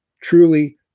truly